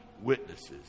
witnesses